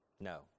No